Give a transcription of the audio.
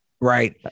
Right